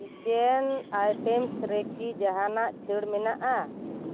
kitchen items ᱨᱮᱠᱤ ᱡᱟᱦᱟᱱᱟᱜ ᱪᱷᱟᱹᱲ ᱢᱮᱱᱟᱜᱼᱟ